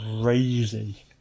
crazy